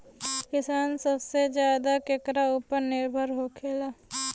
किसान सबसे ज्यादा केकरा ऊपर निर्भर होखेला?